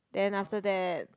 then after that